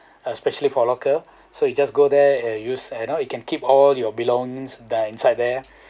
especially for locker so you just go there and use and you know you can keep all your belongings by inside there